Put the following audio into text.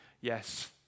Yes